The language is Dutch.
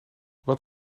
wat